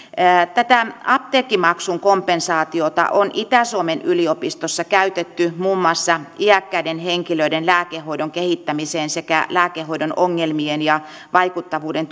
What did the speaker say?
tätä apteekkimaksun kompensaatiota on itä suomen yliopistossa käytetty muun muassa iäkkäiden henkilöiden lääkehoidon kehittämiseen sekä lääkehoidon ongelmien ja vaikuttavuuden